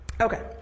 Okay